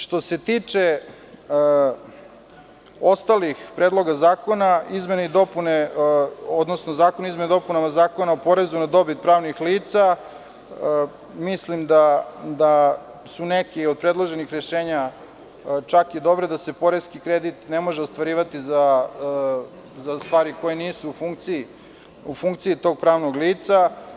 Što se tiče ostalih predloga zakona, Zakon o izmenama i dopunama Zakona o porezu na dobit pravnih lica, mislim da su neka od predloženih rešenja čak i dobra, da se poreski kredit ne može ostvarivati za stvari koje nisu u funkciji tog pravnog lica.